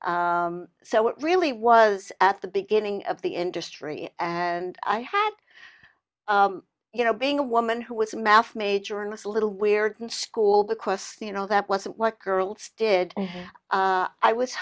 c so it really was at the beginning of the industry and i had you know being a woman who was a math major and looks a little weird in school because you know that wasn't what girls did and i was